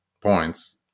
points